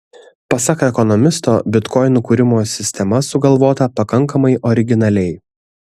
pasak ekonomisto bitkoinų kūrimo sistema sugalvota pakankamai originaliai